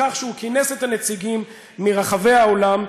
בכך שהוא כינס את הנציגים מרחבי העולם,